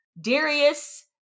Darius